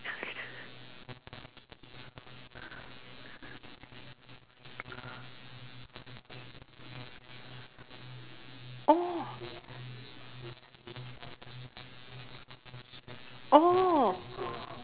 oh oh